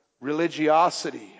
religiosity